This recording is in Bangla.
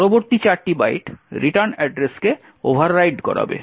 পরবর্তী চারটি বাইট রিটার্ন অ্যাড্রেসকে ওভাররাইড করাবে